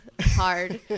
hard